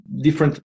different